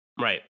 Right